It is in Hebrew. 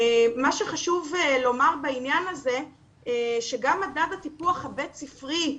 בעניין הזה גם חשוב לומר שמדד הטיפוח הבית ספרי,